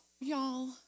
Y'all